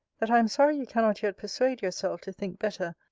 that i am sorry you cannot yet persuade yourself to think better,